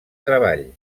treball